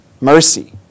mercy